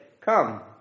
come